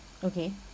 okay